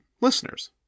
listeners